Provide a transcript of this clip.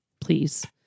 please